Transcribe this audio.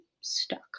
stuck